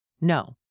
No